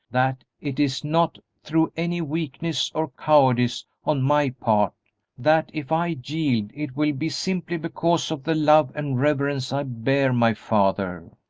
that it is not through any weakness or cowardice on my part that if i yield, it will be simply because of the love and reverence i bear my father.